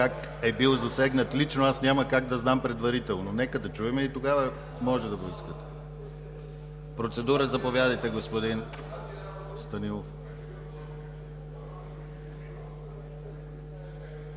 как е бил засегнат лично аз няма как да знам предварително. Нека да чуем и тогава може да го… Заповядайте за процедура, господин Станилов.